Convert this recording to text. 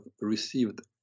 received